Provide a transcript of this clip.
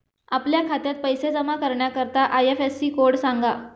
आपल्या खात्यात पैसे जमा करण्याकरता आय.एफ.एस.सी कोड सांगा